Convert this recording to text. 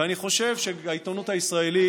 ואני חושב שהעיתונות הישראלית,